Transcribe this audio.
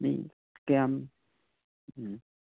ꯃꯤ ꯀꯌꯥꯝ ꯎꯝ